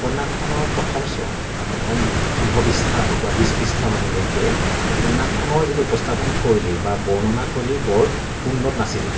উপন্যাসখনৰ প্ৰথম চোৱা বা প্ৰথম পোন্ধৰ পৃষ্ঠা হওক বা বিছ পৃষ্ঠামানলৈকে উপন্যাসৰ যিটো উপস্থাপন শৈলী বা বৰ্ণনা শৈলী বৰ উন্নত নাছিল